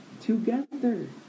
together